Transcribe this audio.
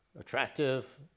attractive